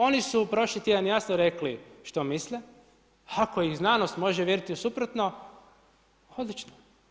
Oni su prošli tjedan jasno rekli što misle, ako ih znanost može uvjeriti u suprotno odlično.